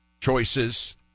Choices